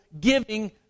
giving